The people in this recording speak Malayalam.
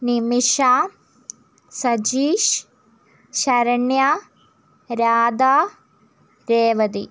നിമിഷ സജീഷ് ശരണ്യ രാധ രേവതി